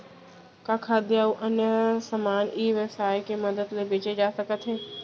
का खाद्य अऊ अन्य समान ई व्यवसाय के मदद ले बेचे जाथे सकथे?